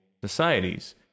societies